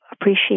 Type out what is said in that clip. appreciate